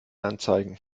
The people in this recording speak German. anzeigen